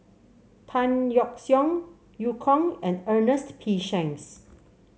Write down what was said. Tan Yeok Seong Eu Kong and Ernest P Shanks